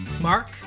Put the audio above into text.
Mark